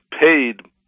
paid